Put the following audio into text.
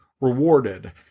rewarded